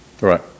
Right